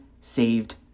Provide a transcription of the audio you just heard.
saved